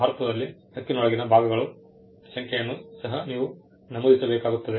ಭಾರತದಲ್ಲಿ ಹಕ್ಕಿನೊಳಗಿನ ಭಾಗಗಳ ಸಂಖ್ಯೆಯನ್ನು ಸಹ ನೀವು ನಮೂದಿಸಬೇಕಾಗುತ್ತದೆ